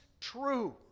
true